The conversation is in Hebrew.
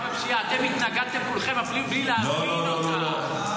אתם כולכם התנגדתם אפילו בלי, לא לא לא.